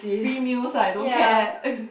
free meal so I don't care